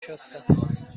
شستم